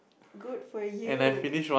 good for you